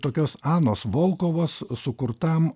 tokios anos volkovos sukurtam